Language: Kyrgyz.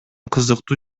кызыктуу